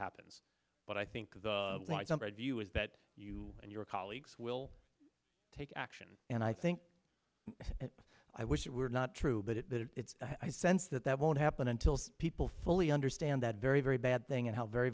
happens but i think the right number of you is that you and your colleagues will take action and i think i wish it were not true but it is it's i sense that that won't happen until people fully understand that very very bad thing and how very